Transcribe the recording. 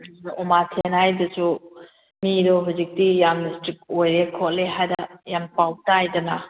ꯑꯗꯨꯗ ꯎꯃꯥꯊꯦꯟ ꯍꯥꯏꯗꯨꯁꯨ ꯃꯤꯗꯣ ꯍꯧꯖꯤꯛꯇꯤ ꯌꯥꯝꯅ ꯏꯁꯇ꯭ꯔꯤꯛ ꯑꯣꯏꯔꯦ ꯈꯣꯠꯂꯦ ꯍꯥꯏꯕ ꯌꯥꯝ ꯄꯥꯎ ꯇꯥꯏꯗꯅ